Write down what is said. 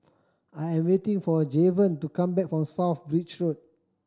I am waiting for Javen to come back from South Bridge Road